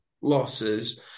losses